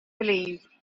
believed